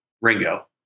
Ringo